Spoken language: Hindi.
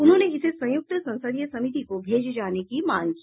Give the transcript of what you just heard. उन्होंने इसे संयुक्त संसदीय समिति को भेजे जाने की मांग की